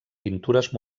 pintures